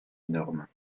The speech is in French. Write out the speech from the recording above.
énorme